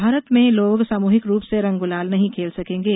भोपाल में लो सामुहिक रूप से रंग गुलाल नहीं खेल सकेंगे